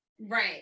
Right